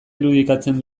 irudikatzen